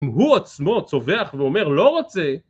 הוא עצמו צווח ואומר לא רוצה.